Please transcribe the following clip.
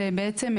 זה בעצם,